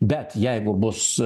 bet jeigu bus